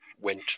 went